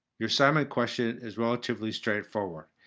your assignment question is relatively straightforward.